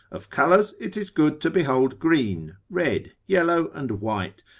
of colours it is good to behold green, red, yellow, and white,